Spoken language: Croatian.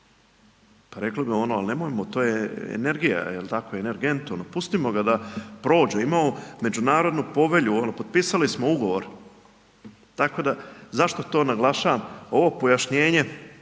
RH. Rekli bi ono, ali nemojmo to je energija, jel tako energentom, pustimo ga da prođe, imamo međunarodnu povelju, potpisali smo ugovor, tako da, zašto to naglašavam, ovo pojašnjenje